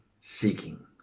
seeking